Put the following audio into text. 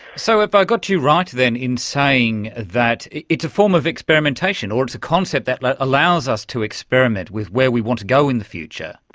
so have i got you right then in saying that it's a form of experimentation or it's a concept that allows us to experiment with where we want to go in the future.